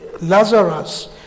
Lazarus